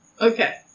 Okay